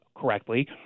correctly